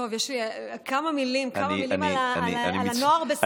טוב, יש לי כמה מילים על הנוער בסיכון,